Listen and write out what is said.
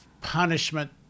punishment